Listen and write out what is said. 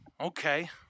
Okay